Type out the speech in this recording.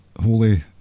holy